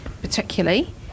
particularly